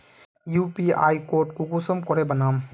UPI code कुंसम करे बनाम?